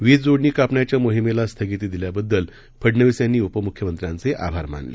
वीज जोडणी कापण्याच्या मोहिमेला स्थगिती दिल्याबद्दल फडनवीस यांनी उपमुख्यमंत्र्यांचे आभार मानले